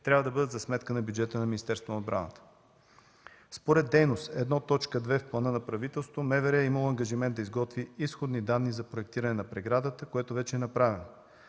трябва да бъдат за сметка на бюджета на Министерството на отбраната. Според Дейност 1.2. в плана на правителството, МВР е имало ангажимент да изготви изходни данни за проектиране на преградата, което вече е направено.